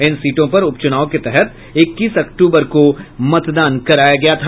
इन सीटों पर उपचुनाव के तहत इक्कीस अक्टूबर को मतदान कराया गया था